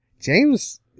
James